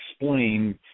explain